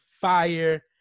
fire